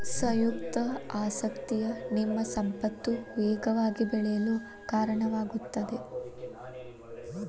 ಸಂಯುಕ್ತ ಆಸಕ್ತಿಯು ನಿಮ್ಮ ಸಂಪತ್ತು ವೇಗವಾಗಿ ಬೆಳೆಯಲು ಕಾರಣವಾಗುತ್ತದೆ